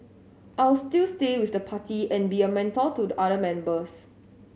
I'll still stay with the party and be a mentor to the other members